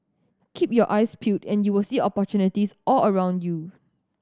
keep your eyes peeled and you will see opportunities all around you